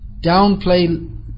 downplay